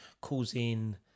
causing